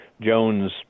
Jones